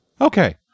Okay